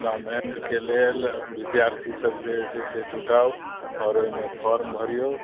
tournament के लेल विद्यार्थी सब जे छै से जुटाउ आओर ओहिमे फॉर्म भरियौ